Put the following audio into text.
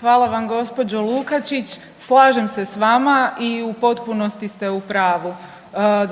Hvala vam gospođo Lukačić. Slažem se s vama i u potpunosti ste u pravu.